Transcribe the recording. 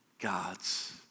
gods